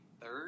third